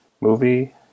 movie